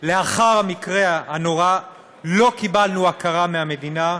לאחר המקרה הנורא לא קיבלנו הכרה מהמדינה,